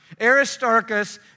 Aristarchus